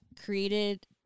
created